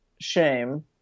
shame